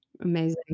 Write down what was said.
Amazing